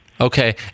Okay